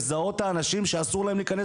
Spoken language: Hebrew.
לזהות את האנשים שאסור להם להיכנס